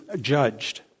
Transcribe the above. judged